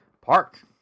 park